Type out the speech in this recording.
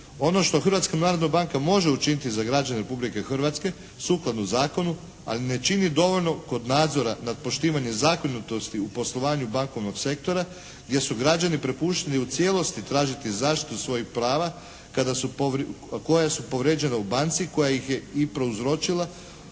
banka može učiniti za građane Republike Hrvatske sukladno zakonu ali ne čini dovoljno kod nadzora nad poštivanjem zakonitosti u poslovanju bankovnog sektora jesu građani prepušteni u cijelosti tražiti zaštitu svojih prava koja su povrijeđena u banci koja ih je i prouzročila